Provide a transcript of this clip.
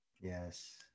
Yes